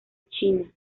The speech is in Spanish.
china